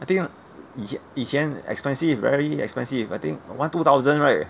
I think 以前以前 expensive very expensive I think one two thousand right